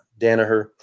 Danaher